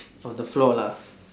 on the floor lah